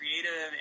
Creative